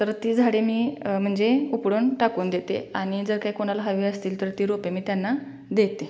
तर ती झाडे मी म्हणजे जे उपडून टाकून देते आणि जर काय कोणाला हवी असतील तर ती रोपे मी त्यांना देते